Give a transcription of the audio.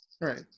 Right